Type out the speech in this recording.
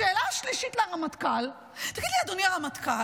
השאלה שלישית לרמטכ"ל: תגיד לי, אדוני הרמטכ"ל,